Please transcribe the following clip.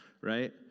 right